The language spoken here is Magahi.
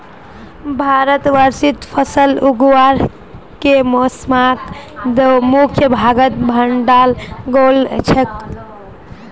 भारतवर्षत फसल उगावार के मौसमक दो मुख्य भागत बांटाल गेल छेक